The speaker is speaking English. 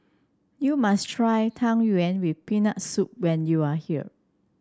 you must try Tang Yuen with Peanut Soup when you are here